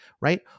right